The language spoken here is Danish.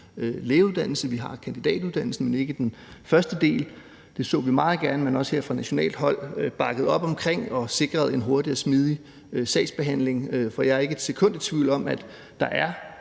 lægeuddannelse. Vi har kandidatuddannelsen, men ikke den første del. Vi så meget gerne, at man også her fra nationalt hold bakkede op om og sikrede en hurtig og smidig sagsbehandling, for jeg er ikke et sekund i tvivl om, at der er